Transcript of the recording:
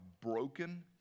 broken